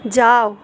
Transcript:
যাও